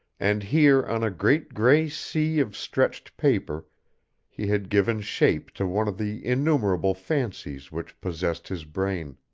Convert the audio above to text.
and here on a great gray sea of stretched paper he had given shape to one of the innumerable fancies which possessed his brain.